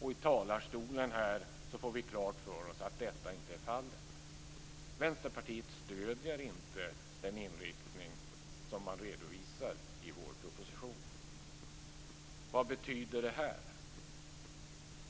och i talarstolen här får vi klart för oss att detta inte är fallet. Vänsterpartiet stöder inte den inriktning som man redovisar i vårpropositionen. Vad betyder det här?